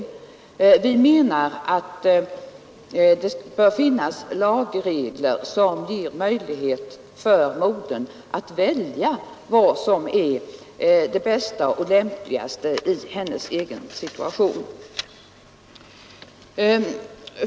Vi menar att det bör finnas lagregler som ger möjlighet för modern att välja vad som är det ästa och lämpligaste i hennes egen situation.